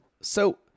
So-